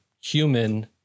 human